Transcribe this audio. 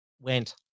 went